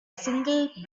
single